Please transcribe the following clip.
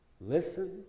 Listen